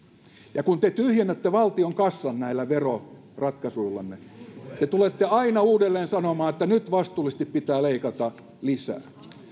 ja kun te tyhjennette valtion kassan näillä veroratkaisuillanne te tulette aina uudelleen sanomaan että nyt vastuullisesti pitää leikata lisää